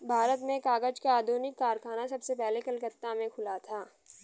भारत में कागज का आधुनिक कारखाना सबसे पहले कलकत्ता में खुला था